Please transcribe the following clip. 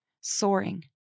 Soaring